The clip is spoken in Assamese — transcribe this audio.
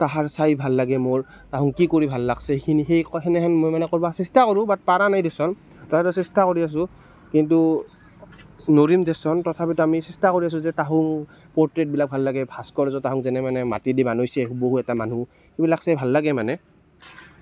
তাহাৰ চাই ভাল লাগে মোৰ তাহো কি কৰি ভাল লাগিছে সেইখিনি সেই সেনেহেন মই মানে কৰিব চেষ্টা কৰোঁ বাট পৰা নাই দেচোন তাৰ চেষ্টা কৰি আছোঁ কিন্তু নোৱাৰিম দেচোন তথাপিতো আমি চেষ্টা কৰি আছোঁ যে তাহো পৰ্ট্ৰেতবিলাক ভাল লাগে ভাস্কৰ্য্য তাহো যেনে মানে মাটি দি বনাইছে হুবহু এটা মানুহ সেইবিলাক চাই ভাল লাগে মানে